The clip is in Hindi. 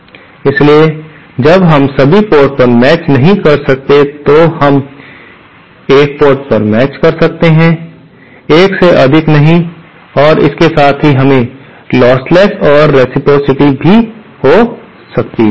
इसलिए जब हम सभी पोर्ट पर मेचड़ नहीं कर सकते हैं तो हम एक पोर्ट पर मेचड़ कर सकते हैं 1 से अधिक नहीं और इसके साथ ही हमें लॉसलेसस्नेस और रेसप्रॉसिटी भी हो सकती है